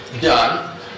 done